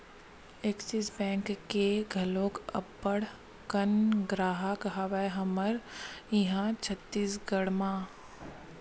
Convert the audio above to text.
Axis bank के घलोक अब्बड़ अकन गराहक हवय हमर इहाँ छत्तीसगढ़ म